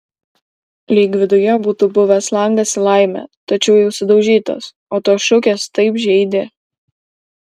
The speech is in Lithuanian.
lyg viduje būtų buvęs langas į laimę tačiau jau sudaužytas o tos šukės taip žeidė